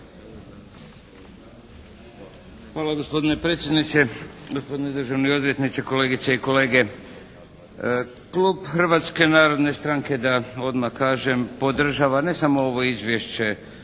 Hvala gospodine predsjedniče, gospodine državni odvjetniče, kolegice i kolege. Klub Hrvatske narodne stranke da odmah kažem podržava, ne samo ovo izvješće